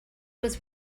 was